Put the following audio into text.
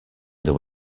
there